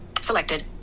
Selected